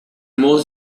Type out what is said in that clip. most